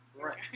Right